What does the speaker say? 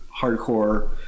hardcore